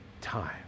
time